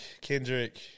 Kendrick